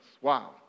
Wow